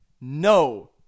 No